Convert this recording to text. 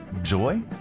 joy